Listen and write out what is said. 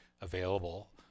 available